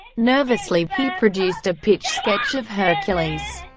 nervously, he produced a pitch sketch of hercules,